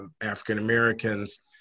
African-Americans